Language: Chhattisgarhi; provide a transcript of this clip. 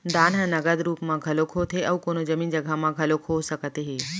दान ह नगद रुप म घलोक होथे अउ कोनो जमीन जघा म घलोक हो सकत हे